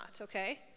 okay